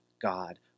God